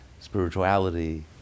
spirituality